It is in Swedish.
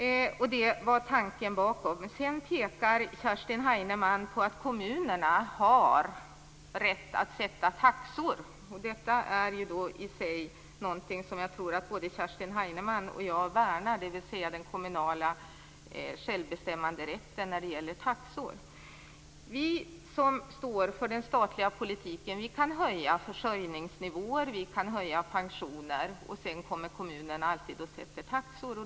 Det var tanken. Sedan pekar Kerstin Heinemann på att kommunerna har rätt att sätta taxor. Detta är i sig någonting som jag tror att både Kerstin Heinemann och jag värnar, dvs. den kommunala självbestämmanderätten över taxor. Vi som står för den statliga politiken kan höja försörjningsnivåer, och vi kan höja pensioner. Sedan kommer alltid kommunerna och sätter taxor.